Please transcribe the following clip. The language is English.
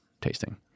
tasting